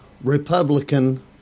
Republican